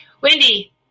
Wendy